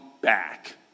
back